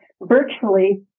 virtually